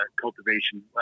cultivation